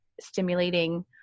stimulating